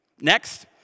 Next